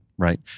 Right